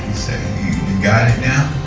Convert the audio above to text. say you got it now.